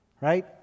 right